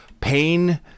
pain